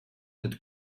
had